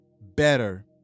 better